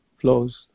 flows